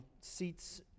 seats